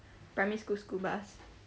primary school school bus